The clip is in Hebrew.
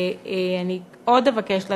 ואני עוד אבקש לדעת,